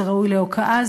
זה ראוי להוקעה,